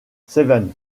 seven